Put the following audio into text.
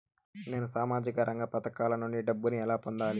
నేను సామాజిక రంగ పథకాల నుండి డబ్బుని ఎలా పొందాలి?